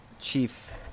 chief